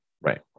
Right